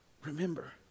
Remember